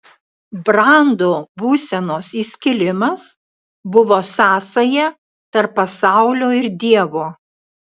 brando būsenos įskilimas buvo sąsaja tarp pasaulio ir dievo